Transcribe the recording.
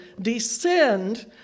descend